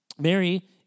Mary